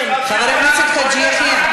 חבר הכנסת חאג' יחיא.